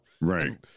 Right